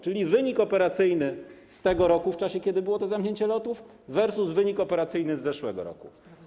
Czyli wynik operacyjny z tego roku, kiedy było to zamknięcie lotów, versus wynik operacyjny z zeszłego roku.